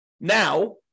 now